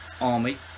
army